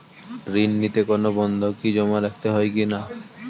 ঋণ নিতে কোনো বন্ধকি জমা রাখতে হয় কিনা?